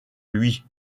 lui